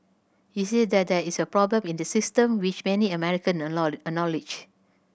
he said that there is a problem in the system which many American acknowledged